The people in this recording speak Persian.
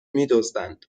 میدزدند